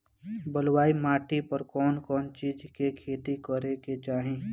बलुई माटी पर कउन कउन चिज के खेती करे के चाही?